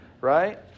right